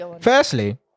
Firstly